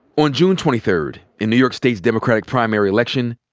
on june twenty third in new york state's democratic primary election,